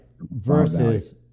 Versus